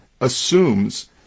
assumes